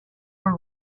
were